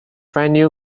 venue